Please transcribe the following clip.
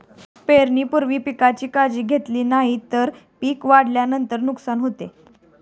पेरणीपूर्वी पिकांची काळजी घेतली नाही तर पिक वाढल्यानंतर नुकसान होते